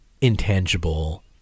intangible